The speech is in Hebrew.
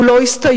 הוא לא הסתיים,